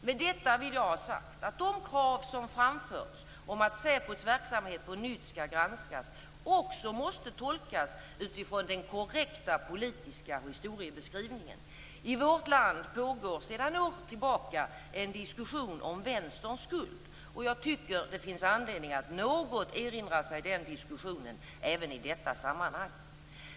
Med detta vill jag ha sagt att de krav som framförts om att SÄPO:s verksamhet på nytt skall granskas också måste tolkas utifrån den korrekta politiska historieskrivningen. I vårt land pågår sedan år tillbaka en diskussion om "Vänsterns skuld", och jag tycker att det finns anledning att något erinra sig den diskussionen även i detta sammanhang.